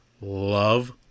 love